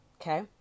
Okay